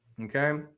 okay